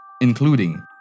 including